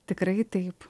tikrai taip